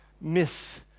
miss